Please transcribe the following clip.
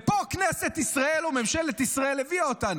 לפה כנסת ישראל וממשלת ישראל הביאה אותנו.